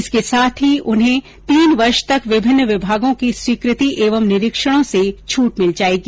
इसके साथ ही उन्हें तीन वर्ष तक विभिन्न विभागों की स्वीकृति एवं निरीक्षणों से छूट मिल जाएगी